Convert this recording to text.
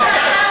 בדיוק.